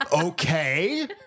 okay